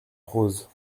prose